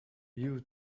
you